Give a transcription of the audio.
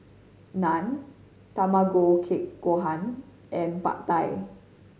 Naan Tamago Kake Gohan and Pad Thai